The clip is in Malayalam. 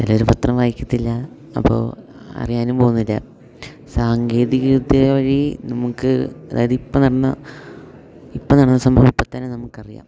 ചിലർ പത്രം വായിക്കത്തില്ല അപ്പോൾ അറിയാനും പോകുന്നില്ല സാങ്കേതികവിദ്യ വഴി നമുക്ക് അതായത് ഇപ്പം നടന്ന ഇപ്പം നടന്ന സംഭവം ഇപ്പത്തന്നെ നമുക്കറിയാം